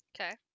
Okay